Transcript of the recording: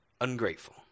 Ungrateful